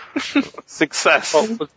success